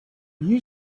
you